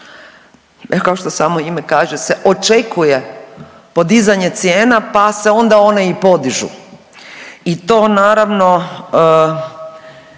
kao što samo ime kaže, se očekuje podizanje cijena, pa se onda one i podižu i to naravno